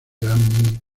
grammy